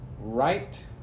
right